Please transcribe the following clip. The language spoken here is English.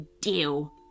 Deal